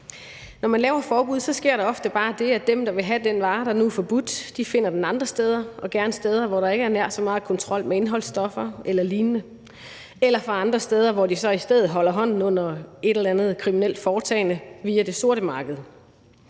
Når man laver et forbud, sker der ofte bare det, at dem, der vil have den vare, der nu er forbudt, finder den andre steder og gerne steder, hvor der ikke er nær så meget kontrol med indholdsstoffer eller lignende, eller andre steder, hvor de så i stedet holder hånden under et eller andet kriminelt foretagende via det sorte marked.